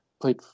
played